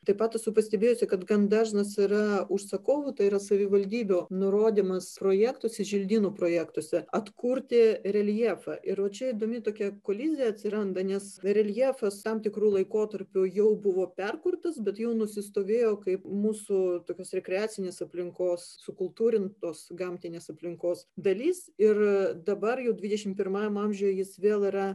taip pat esu pastebėjusi kad gan dažnas yra užsakovų tai yra savivaldybių nurodymas projektuose želdynų projektuose atkurti reljefą ir čia įdomi tokia kolizija atsiranda nes reljefas tam tikru laikotarpiu jau buvo perkurtas bet jau nusistovėjo kaip mūsų tokios rekreacinės aplinkos sukultūrintos gamtinės aplinkos dalis ir dabar jau dvidešimt pirmame amžiuje jis vėl yra